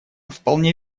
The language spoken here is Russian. вполне